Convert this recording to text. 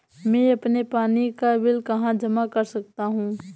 मैं अपने पानी का बिल कहाँ जमा कर सकता हूँ?